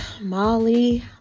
molly